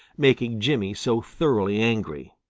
making jimmy so thoroughly angry.